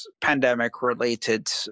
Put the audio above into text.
pandemic-related